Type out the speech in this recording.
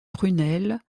prunelle